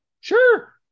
Sure